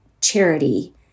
charity